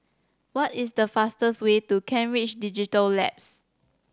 what is the fastest way to Kent Ridge Digital Labs